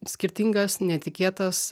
skirtingas netikėtas